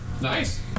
Nice